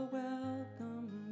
welcome